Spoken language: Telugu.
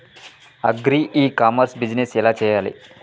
అగ్రి ఇ కామర్స్ బిజినెస్ ఎలా చెయ్యాలి?